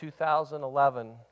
2011